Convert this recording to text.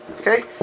Okay